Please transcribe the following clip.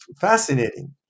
fascinating